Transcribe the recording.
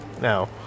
no